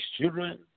children